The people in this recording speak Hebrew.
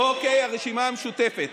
אוקיי, הרשימה המשותפת.